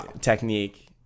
technique